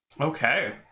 okay